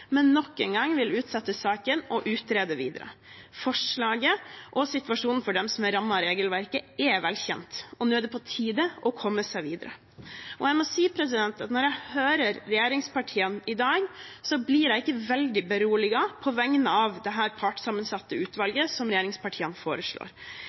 men nok en gang vil utsette saken og utrede videre. Forslaget og situasjonen for dem som er rammet av regelverket, er velkjent, og nå er det på tide å komme seg videre. Jeg må si at når jeg hører regjeringspartiene i dag, blir jeg ikke veldig beroliget på vegne av det partssammensatte